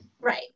right